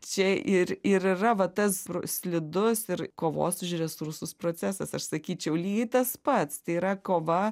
čia ir ir yra va tas slidus ir kovos už resursus procesas aš sakyčiau lygiai tas pats tai yra kova